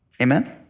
Amen